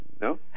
No